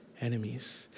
enemies